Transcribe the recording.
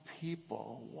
people